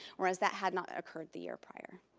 whereas that had not occurred the year prior.